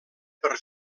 per